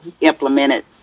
implemented